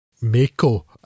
Mako